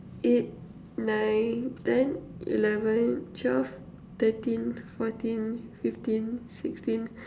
eight nine ten eleven twelve thirteen fourteen fifteen sixteen